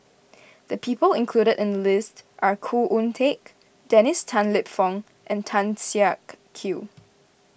the people included in the list are Khoo Oon Teik Dennis Tan Lip Fong and Tan Siak Kew